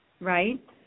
right